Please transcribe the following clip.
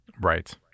Right